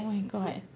oh my god